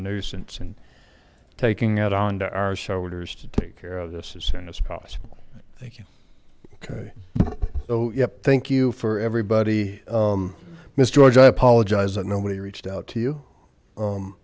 nuisance and taking it onto our shoulders to take care of this as soon as possible thank you okay so yep thank you for everybody miss george i apologize that nobody reached out to you um